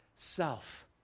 self